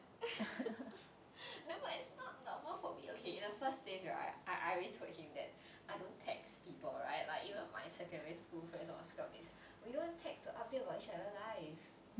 no but it's not normal for me okay in the first place right I I already told him that I don't text people right like even my secondary school friends or scout mates we don't text to update about each other life